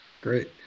Great